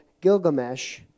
Gilgamesh